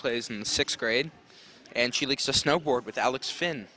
plays in sixth grade and she likes to snowboard with alex finn